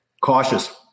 cautious